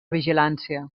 vigilància